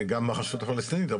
גם לרשות הפלסטינית,